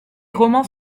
romans